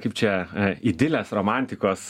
kaip čia idilės romantikos